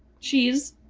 cheese.